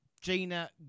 Gina